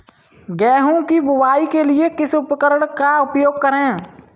गेहूँ की बुवाई के लिए किस उपकरण का उपयोग करें?